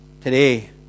Today